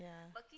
yeah